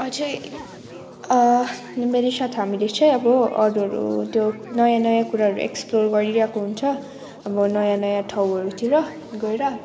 अझै मेरिसा थामीले चाहिँ अब अरूहरू त्यो नयाँ नयाँ कुराहरू एक्सप्लोर गरिरहेको हुन्छ अबो नयाँ नयाँ ठाउँहरूतिर गएर